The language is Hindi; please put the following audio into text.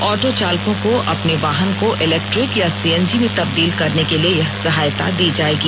ऑटो चालकों को अपने वाहन को इलेक्ट्रिक या सीएनजी में तब्दील करने के लिए यह सहायता दी जाएगी